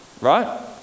right